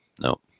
no